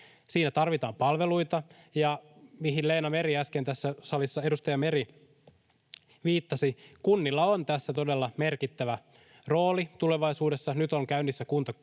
Siinä tarvitaan palveluita, ja — mihin edustaja Meri äsken tässä salissa viittasi — kunnilla on tässä todella merkittävä rooli tulevaisuudessa. Nyt ovat käynnistymässä kuntakokeilut.